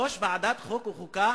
ראש ועדת חוק וחוקה